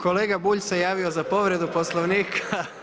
Kolega Bulj se javio za povredu Poslovnika.